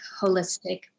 holistic